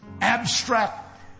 abstract